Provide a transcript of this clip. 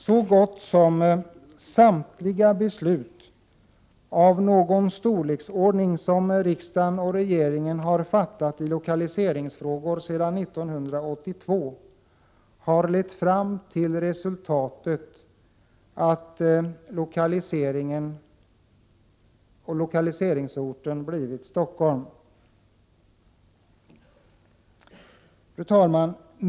Så gott som samtliga beslut av någon storleksordning som riksdag och regering har fattat i lokaliseringsfrågor sedan 1982 har lett fram till resultatet att lokaliseringsorten blivit Stockholm. Fru talman!